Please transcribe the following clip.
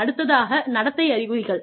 அடுத்ததாக நடத்தை அறிகுறிகள்